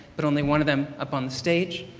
but only one of them up on the stage.